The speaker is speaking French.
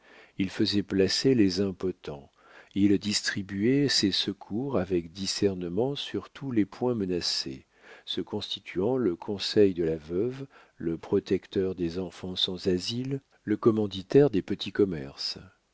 il faisait placer les impotents il distribuait ses secours avec discernement sur tous les points menacés se constituant le conseil de la veuve le protecteur des enfants sans asile le commanditaire des petits commerces